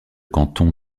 canton